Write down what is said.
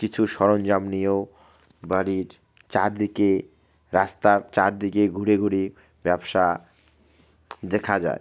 কিছু সরঞ্জাম নিয়েও বাড়ির চারদিকে রাস্তার চারদিকে ঘুরে ঘুরে ব্যবসা দেখা যায়